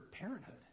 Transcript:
parenthood